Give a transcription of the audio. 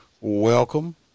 Welcome